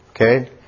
okay